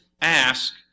Ask